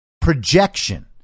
projection